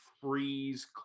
freeze